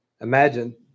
Imagine